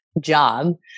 job